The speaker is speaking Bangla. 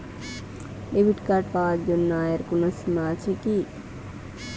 ডেবিট কার্ড পাওয়ার জন্য আয়ের কোনো সীমা আছে কি?